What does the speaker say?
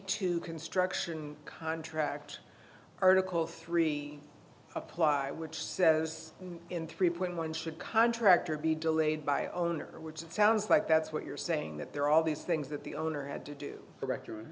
two construction contract article three apply which says in three point one should contractor be delayed by owner which it sounds like that's what you're saying that there are all these things that the owner had to do the re